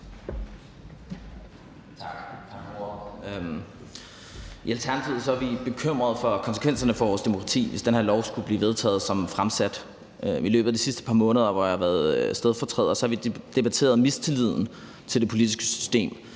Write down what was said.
I Alternativet er vi bekymret for konsekvenserne for vores demokrati, hvis det her lovforslag skulle blive vedtaget, som det er fremsat. I løbet af de sidste par måneder, hvor jeg har været stedfortræder, har vi debatteret mistilliden til det politiske system